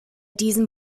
diesen